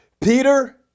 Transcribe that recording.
Peter